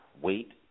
weight